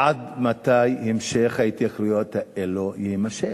עד מתי גל ההתייקרויות האלה יימשך?